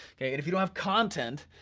and if you don't have content,